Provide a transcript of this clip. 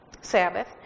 Sabbath